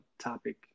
topic